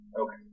Okay